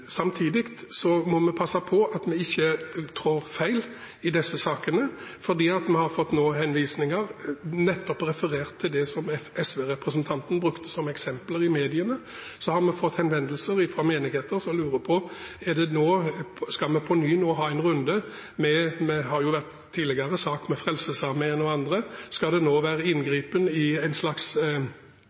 Samtidig må vi passe på at vi ikke trår feil i disse sakene, for vi har nå fått henvendelser, med referanse til nettopp det som SV-representanten brukte som eksempler i media, fra menigheter som lurer på om vi nå på ny skal ha en runde – tidligere har det vært saker om Frelsesarmeen og andre – med inngripen i spørsmål om likestilling og andre ting, der man har en